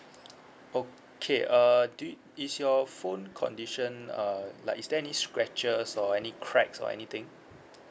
okay uh do y~ is your phone condition uh like is there any scratches or any cracks or anything